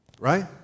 Right